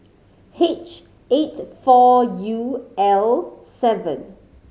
H eight four U L seven